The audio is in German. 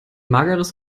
mageres